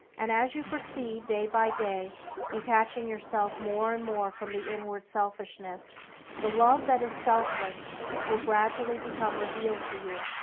and as you proceed, day by day detaching yourself more and more from the inward selfishness the love that is selfless will gradually become revealed to you.